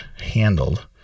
handled